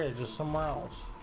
ah some miles